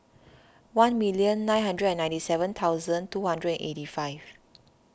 one million nine hundred ninety seven thousand two hundred eighty five